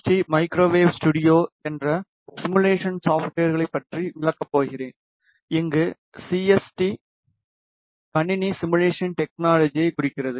D Microwave Studio என்ற simulation சாஃப்வேர்களைப் பற்றி விளக்க போகிறேன் இங்கு சிஎஸ்டி கணினி சிமுலேஷன் டெக்னோலஜியை குறிக்கிறது